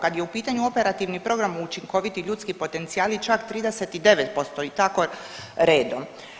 Kad je u pitanju Operativni program učinkoviti ljudski potencijali čak 39%, i tako redom.